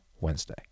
Wednesday